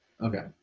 Okay